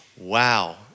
Wow